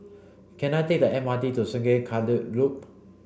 can I take the M R T to Sungei Kadut Loop